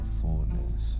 fullness